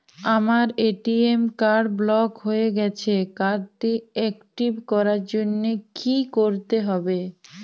আমার ATM card block হয়ে গেছে কার্ড টি একটিভ করার জন্যে কি করতে হবে?